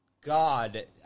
God